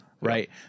right